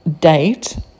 date